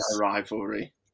rivalry